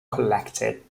collected